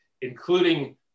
including